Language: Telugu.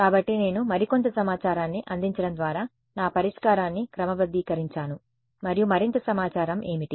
కాబట్టి నేను మరికొంత సమాచారాన్ని అందించడం ద్వారా నా పరిష్కారాన్ని క్రమబద్ధీకరించాను మరియు మరింత సమాచారం ఏమిటి